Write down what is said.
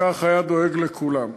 וכך היה דואג לכולם.